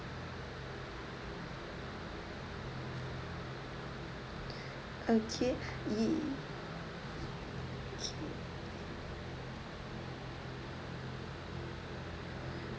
okay y~